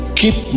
keep